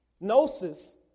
gnosis